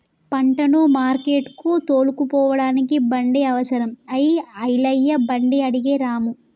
పంటను మార్కెట్టుకు తోలుకుపోడానికి బండి అవసరం అయి ఐలయ్య బండి అడిగే రాము